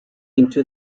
into